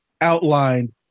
outlined